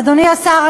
אדוני השר,